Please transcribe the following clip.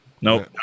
nope